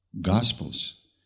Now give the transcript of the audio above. Gospels